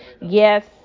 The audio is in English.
Yes